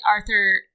Arthur